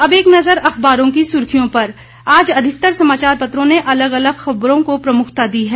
अब एक नज़र अखबारों की सुर्खियों पर आज अधिकतर समाचार पत्रों ने अलग अलग ख़बरों को प्रमुखता दी है